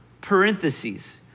parentheses